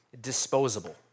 disposable